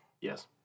Yes